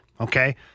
okay